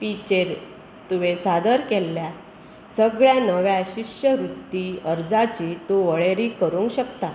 P चेर तुवें सादर केल्ल्या सगळ्या नव्या शिश्यवृत्ती अर्जाची तूं वळेरी करूंक शकता